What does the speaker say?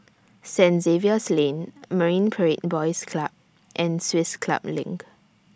Saint Xavier's Lane Marine Parade Boys Club and Swiss Club LINK